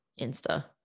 Insta